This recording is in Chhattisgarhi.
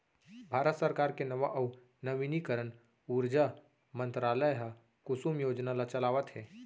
भारत सरकार के नवा अउ नवीनीकरन उरजा मंतरालय ह कुसुम योजना ल चलावत हे